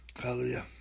Hallelujah